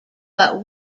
but